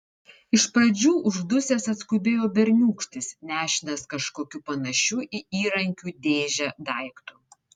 iš pradžių uždusęs atskubėjo berniūkštis nešinas kažkokiu panašiu į įrankių dėžę daiktu